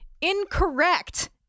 Incorrect